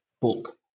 book